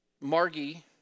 Margie